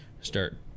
start